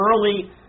early